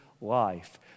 life